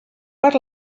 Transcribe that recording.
per